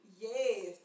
Yes